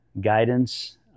guidance